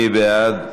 מי בעד?